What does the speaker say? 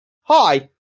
hi